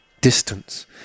distance